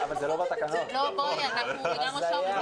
אושרו.